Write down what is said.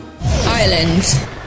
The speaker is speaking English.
Ireland